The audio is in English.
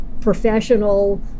professional